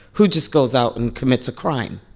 who just goes out and commits a crime?